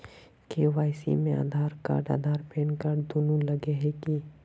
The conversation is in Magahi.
के.वाई.सी में आधार कार्ड आर पेनकार्ड दुनू लगे है की?